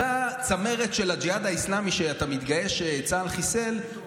אותה צמרת של הג'יהאד האסלאמי שאתה מתגאה שצה"ל חיסל,